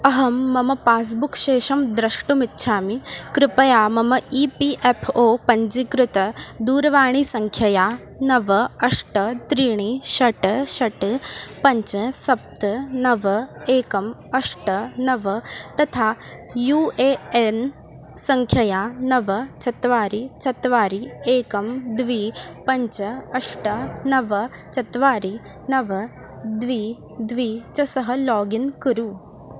अहं मम पास्बुक् शेषं द्रष्टुमिच्छामि कृपया मम ई पी एफ़् ओ पञ्जीकृतदूरवाणीसङ्ख्यया नव अष्ट त्रीणि षट् षट् पञ्च सप्त् नव एकम् अष्ट नव तथा यू ए एन् सङ्ख्यया नव चत्वारि चत्वारि एकं द्वि पञ्च अष्ट नव चत्वारि नव द्वे द्वे च सह लागिन् कुरु